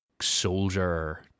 soldier